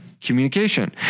communication